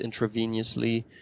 intravenously